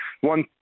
one